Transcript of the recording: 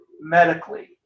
medically